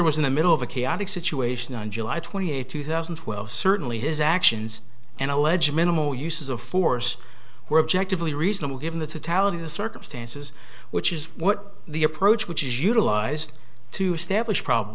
was in the middle of a chaotic situation on july twenty eighth two thousand and twelve certainly his actions and alleged minimal uses of force were objective lee reasonable given the totality of the circumstances which is what the approach which is utilized to establish prob